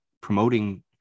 promoting